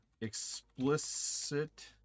explicit